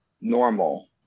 normal